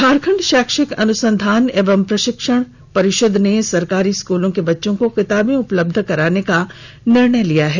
झारखंड शैक्षिक अनुसंधान एवं प्रशिक्षण परिषद ने सरकारी स्कूलों के बच्चों को किताबें उपलब्ध कराने का निर्णय लिया है